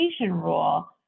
rule